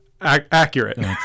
Accurate